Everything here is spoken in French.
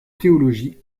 théologie